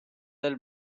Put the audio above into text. del